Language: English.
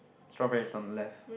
strawberry is on left